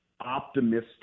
optimistic